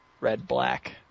red-black